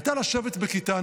הייתה לשבת בכיתה,